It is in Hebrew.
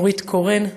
נורית קורן,